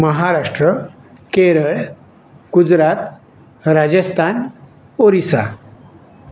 Maharashtra Kerala Gujarat Rajasthan Orissa